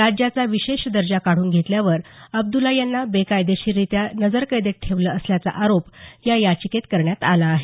राज्याचा विशेष दर्जा काढून घेतल्यावर अब्दुल्ला यांना बेकायदेशीररित्या नजरकैदेत ठेवलं असल्याचा आरोप या याचिकेत करण्यात आला आहे